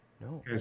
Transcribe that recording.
no